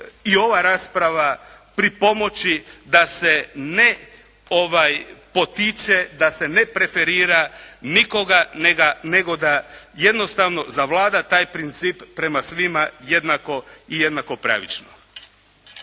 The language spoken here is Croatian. i ova rasprava pripomoći da se ne potiče, da se ne preferira nikoga, nego da jednostavno zavlada taj princip prema svima jednako i jednako pravično.